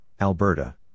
Alberta